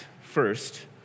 first